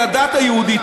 לדת היהודית,